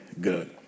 good